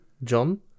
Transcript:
John